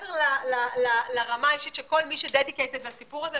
מעבר לרמה האישית של כל מי שמחויב לסיפור הזה,